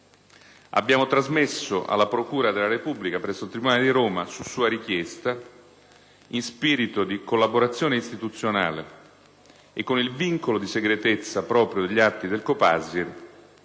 Abbiamo trasmesso alla procura della Repubblica presso il tribunale di Roma, su sua richiesta, in spirito di collaborazione istituzionale e con il vincolo di segretezza proprio degli atti del COPASIR,